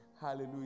hallelujah